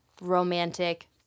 romantic